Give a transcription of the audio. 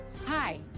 Hi